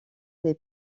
des